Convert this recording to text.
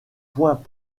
point